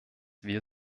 wir